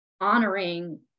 honoring